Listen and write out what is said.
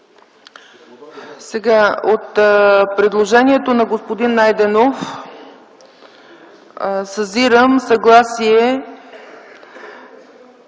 От предложението на господин Найденов съзирам съгласие